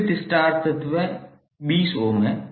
विपरीत स्टार तत्व 20 है